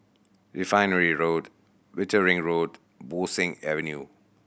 Refinery Road Wittering Road Bo Seng Avenue